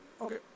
Okay